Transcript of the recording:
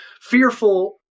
fearful